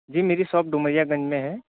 جی میری شاپ ڈومریا گنج میں ہے